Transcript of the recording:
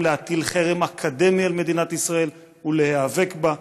להטיל חרם אקדמי על מדינת ישראל ולהיאבק בה.